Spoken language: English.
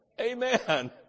Amen